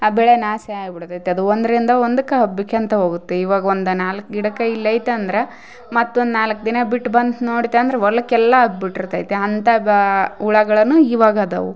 ಆ ಬೆಳೆ ನಾಶ ಆಗ್ಬಿಡ್ತೈತಿ ಅದು ಒಂದರಿಂದ ಒಂದಕ್ಕ ಹಬ್ಬಿಕ್ಯಂತ ಹೋಗುತ್ತೆ ಇವಾಗ ಒಂದು ನಾಲ್ಕು ಗಿಡಕ್ಕೆ ಇಲ್ಲೈತಂದರ ಮತ್ತೊಂದು ನಾಲ್ಕು ದಿನ ಬಿಟ್ಟು ಬಂತು ನೋಡಿತಂದ್ರ ಹೊಲಕ್ಕೆಲ್ಲ ಅಬ್ಬಿಟ್ರಿತೈತೆ ಅಂತ ಬ ಹುಳಗಳನ್ನು ಇವಾಗದಾವು